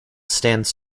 stands